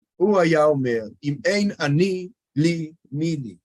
הוא היה אומר, אם אין אני לי, מי לי.